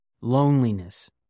loneliness